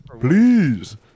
Please